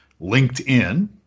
LinkedIn